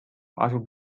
asub